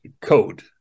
code